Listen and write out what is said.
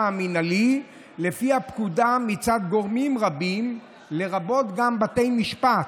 המינהלי לפי הפקודה מצד גורמים רבים לרבות בתי המשפט,